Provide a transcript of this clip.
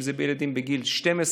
אם זה ילדים בגיל 12,